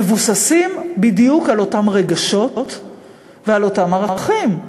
מבוססת בדיוק על אותם רגשות ועל אותם ערכים.